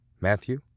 Matthew